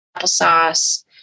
applesauce